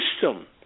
system